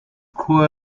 cruel